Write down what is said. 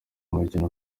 umukino